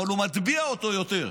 אבל הוא מטביע אותו יותר.